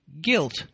guilt